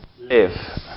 live